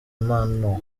amano